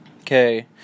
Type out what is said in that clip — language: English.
Okay